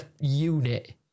unit